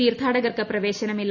തീർഥാടകർക്ക് പ്രവേശനമില്ല